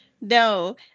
No